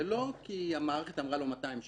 זה לא כי המערכת אמרה לו "200 שקל",